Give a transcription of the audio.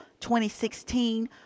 2016